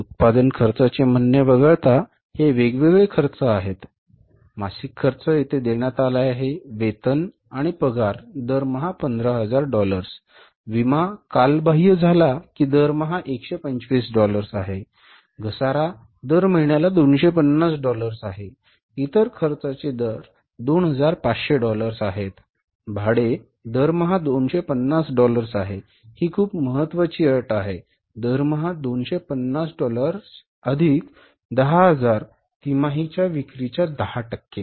उत्पादन खर्चाचे म्हणणे वगळता हे वेगवेगळे खर्च आहेत मासिक खर्च येथे देण्यात आला आहे वेतन आणि पगार दरमहा 15000 डॉलर्स विमा कालबाह्य झाला की दरमहा 125 डॉलर्स आहे घसारा दर महिन्याला 250 डॉलर्स आहे इतर खर्चाचे दर 2500 डॉलर्स आहेत भाडे दरमहा 250 डॉलर्स आहे ही खूप महत्वाची अट आहे दरमहा 250 डॉलर्स अधिक 10000 तिमाही विक्रीच्या 10 टक्के